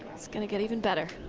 going to get even better.